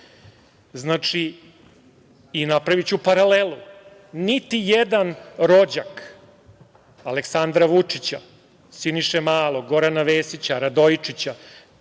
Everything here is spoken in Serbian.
važan i napraviću paralelu. Niti jedan rođak Aleksandra Vučića, Siniše Malog, Gorana Vesića, Radojičića,